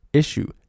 issue